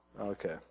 Okay